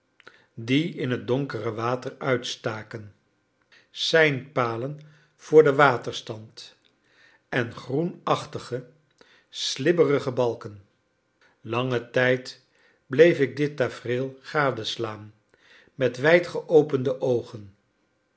die in het donkere water uitstaken seinpalen voor den waterstand en groenachtige slibberige balken langen tijd bleef ik dit tafereel gadeslaan met wijd geopende oogen